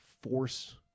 force